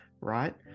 right